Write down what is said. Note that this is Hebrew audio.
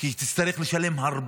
אז אדוני